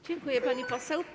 Dziękuję, pani poseł.